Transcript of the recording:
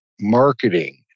marketing